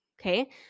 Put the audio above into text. Okay